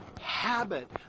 habit